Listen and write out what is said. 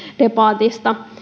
debattia